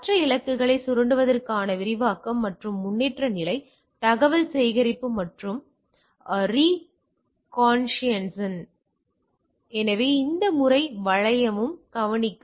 மற்ற இலக்குகளை சுரண்டுவதற்கான விரிவாக்கம் மற்றும் முன்னேற்ற நிலை தகவல் சேகரிப்பு மற்றும் ரெசொன்னைசன்ஸ் எனவே இந்த முழு வளையையும் கவனிக்க